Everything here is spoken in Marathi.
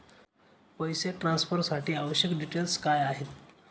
पैसे ट्रान्सफरसाठी आवश्यक डिटेल्स काय आहेत?